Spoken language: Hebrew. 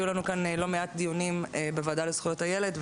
היו לנו לא מעט דיונים בוועדה לזכויות הילד,